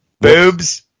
Boobs